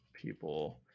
people